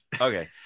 okay